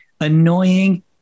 annoying